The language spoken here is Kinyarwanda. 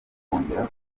kongera